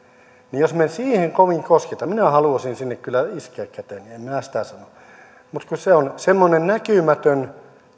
tuottaa jos me siihen kovin koskemme minä haluaisin sinne kyllä iskeä käteni en minä sitä sano mutta kun se on semmoinen näkymätön